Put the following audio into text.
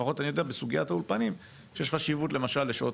לפחות אני יודע בסוגית האולפנים שיש חשיבות למשל לשעות